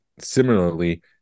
similarly